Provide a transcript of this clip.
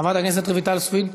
חברת הכנסת רויטל סויד,